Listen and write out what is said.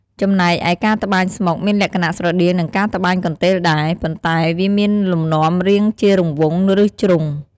ចំណែកឯការត្បាញស្មុកមានលក្ខណៈស្រដៀងនឹងការត្បាញកន្ទេលដែរ ប៉ុន្តែវាមានលំនាំរាងជារង្វង់ ឬជ្រុង។